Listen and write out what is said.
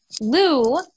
Lou